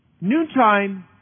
Noontime